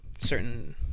certain